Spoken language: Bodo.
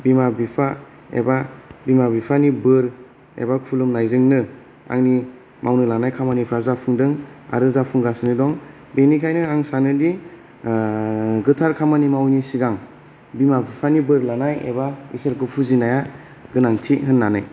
बिमा बिफा एबा बिमा बिफानि बोर एबा खुलुमनायजोंनो आंनि मावनो लानाय खामानिफोरा जाफुंदों आरो जाफुंगासिनो दं बिनिखायनो आं ओ सानोदि गोथार खामानि मावैनि सिगां बिमा बिफानि बोर लानाय एबा इसोरखौ फुजिनाया गोनांथि होननानै